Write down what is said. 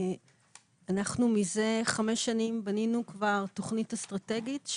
אנחנו מזה חמש שנים בנינו כבר תוכנית אסטרטגית,